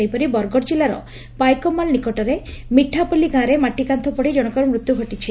ସେହିପରି ବରଗଡ ଜିଲ୍ଲାର ପାଇକମାଲ ନିକଟକ ମିଠାପଲ୍ଲୀ ଗାଁରେ ମାଟିକାନ୍ତ ପଡି ଜଶଙ୍କର ମୃତ୍ୟୁ ଘଟିଛି